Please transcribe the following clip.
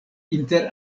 inter